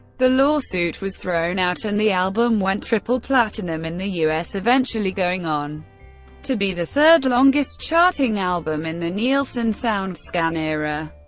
the lawsuit was thrown out and the album went triple platinum in the us, eventually going on to be the third longest charting album in the nielsen soundscan era.